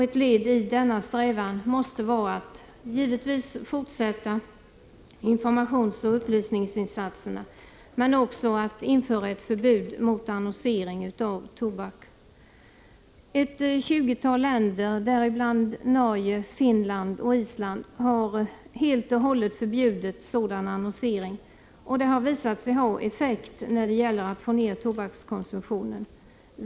Ett led i denna strävan måste vara att givetvis fortsätta informationsoch upplysningsinsatserna men också att införa ett förbud mot annonsering av tobak. Ett tjugotal länder, däribland Norge, Finland och Island, har helt och hållet förbjudit sådan annonsering, och det har visat sig ha effekt när det gäller att få ner tobakskonsumtionen.